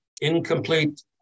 incomplete